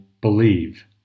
believe